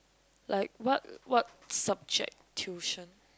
like what what subject tuition